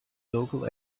local